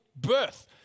birth